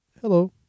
Hello